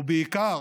ובעיקר